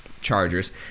Chargers